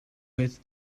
with